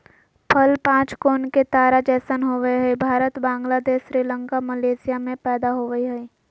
फल पांच कोण के तारा जैसन होवय हई भारत, बांग्लादेश, श्रीलंका, मलेशिया में पैदा होवई हई